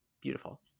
beautiful